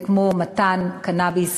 כמו מתן קנאביס